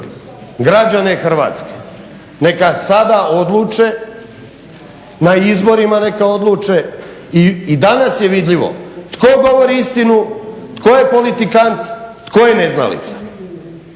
građane Hrvatske neka sada odluče, na izborima neka odluče. I danas je vidljivo tko govori istinu, tko je politikant, tko je neznalica.